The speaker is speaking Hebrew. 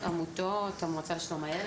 עמותות, המועצה לשלום הילד.